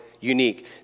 unique